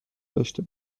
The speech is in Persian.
داشته